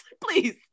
Please